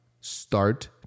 start